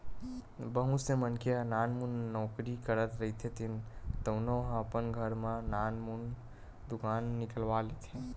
बहुत से मनखे ह नानमुन नउकरी करत रहिथे तउनो ह अपन घर म नानमुन दुकान निकलवा लेथे